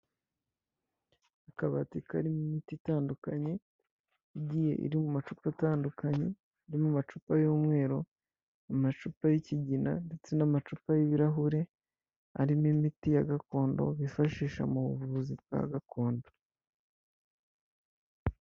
Akabati karimo imiti itandukanye, igiye iri mu macupa atandukanye, harimo amacupa y'umweru, amacupa y'ikigina, ndetse n'amacupa y'ibirahure, arimo imiti ya gakondo bifashisha mu buvuzi bwa gakondo.